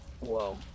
Whoa